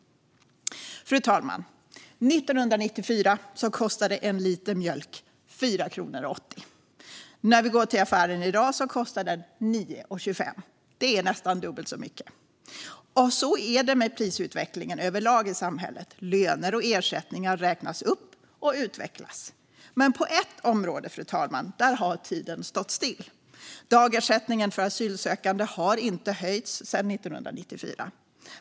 Fru talman! År 1994 kostade en liter mjölk 4 kronor och 80 öre. När vi går till affären i dag kostar den 9 kronor och 25 öre. Det är nästan dubbelt så mycket. Och så är det med prisutvecklingen överlag i samhället. Löner och ersättningar har räknats upp och utvecklats. Men på ett område, fru talman, har tiden stått still. Dagersättningen för asylsökande har inte höjts sedan 1994.